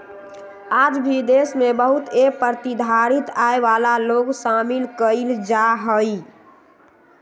आज भी देश में बहुत ए प्रतिधारित आय वाला लोग शामिल कइल जाहई